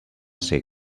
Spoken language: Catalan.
ser